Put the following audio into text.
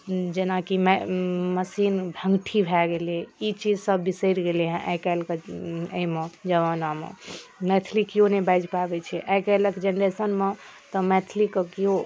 जेना कि मशीन भङ्गठी भए गेलै ई चीज सभ बिसरि गेलै है आइ काल्हि अइमे जमानामे मैथिली केओ नहि बाजि पाबै छै आइ काल्हिके जेनरेशनमे तऽ मैथिलीके केओ